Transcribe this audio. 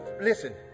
listen